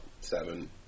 seven